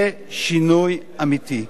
זה שינוי אמיתי.